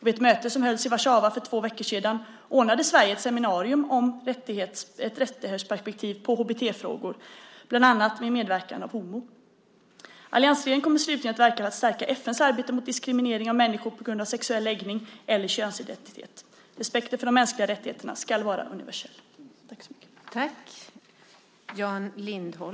Vid ett möte som hölls i Warszawa för två veckor sedan ordnade Sverige ett seminarium om ett rättighetsperspektiv på HBT-frågor bland annat med medverkan av HomO. Alliansregeringen kommer slutligen att verka för att stärka FN:s arbete mot diskriminering av människor på grund av sexuell läggning eller könsidentitet. Respekten för de mänskliga rättigheterna ska vara universell.